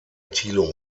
thilo